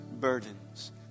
burdens